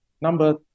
number